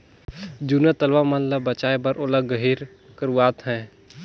जूना तलवा मन का बचाए बर ओला गहिर करवात है